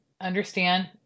understand